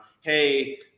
Hey